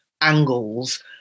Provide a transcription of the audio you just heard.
angles